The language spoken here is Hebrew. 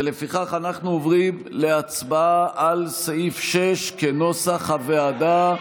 ולפיכך אנחנו עוברים להצבעה על סעיף 6 כנוסח הוועדה.